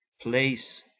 place